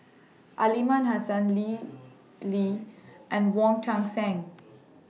Aliman Hassan Lim Lee and Wong Tuang Seng